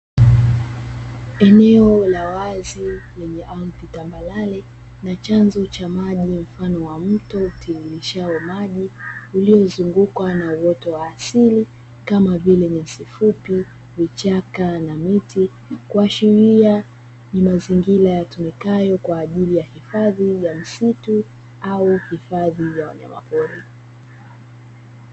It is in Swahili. Eneo la wazi lenye ardhi tambarare na chanzo cha maji mfano wa mto utiririshao maji uliyozungukwa na uoto wa asili kama vile nyasi fupi, vichaka na miti kuashiria ni mazingira yatumikayo kwa ajili ya hifadhi za misitu au hifadhi ya wanyama pori.